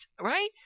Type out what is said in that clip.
right